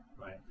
right